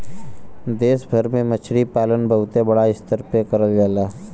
देश भर में मछरी पालन बहुते बड़ा स्तर पे करल जाला